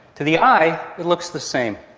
to the eye it looks the same.